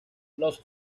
los